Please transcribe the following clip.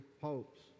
popes